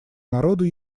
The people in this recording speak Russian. народу